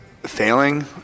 Failing